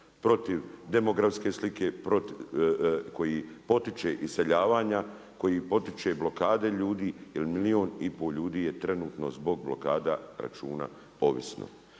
protiv demografske slike, protiv, koji potiče iseljavanja, koji potiče blokade ljudi jer milijun i pol ljudi je trenutno zbog blokada računa ovisno.